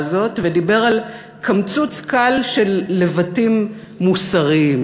הזאת ודיבר על קמצוץ קל של לבטים מוסריים.